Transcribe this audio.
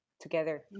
together